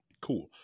Cool